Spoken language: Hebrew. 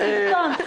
התקבל.